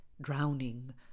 drowning